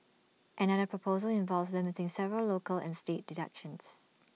another proposal involves limiting several local and state deductions